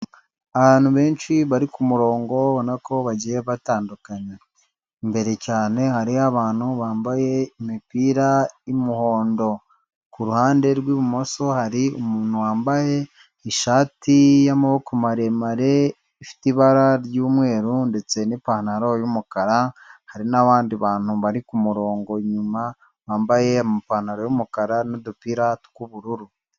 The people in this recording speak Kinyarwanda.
Abantu benshi bari ku murongo ubona ko bagiye batandukanye. Imbere cyane hariho abantu bambaye imipira y'umuhondo. Ku ruhande rw'ibumoso hari umuntu wambaye ishati y'amaboko maremare ifite ibara ry'umweru ndetse n'ipantaro y'umukara, hari n'abandi bantu bari ku murongo inyuma, bambaye amapantaro y'umukara n'udupira tw'ubururu.